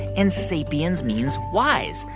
and sapiens means wise.